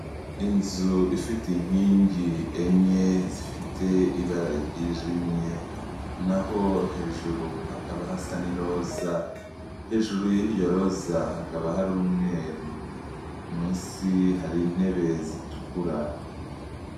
Inzu ifite inkingi enye zifite ibara ryijimye, naho hejuru hakaba hasa n'iroza, hejuru y'iryo roza hakaba hari umweru, munsi hari intebe zitukura.